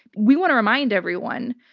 we want to remind everyone,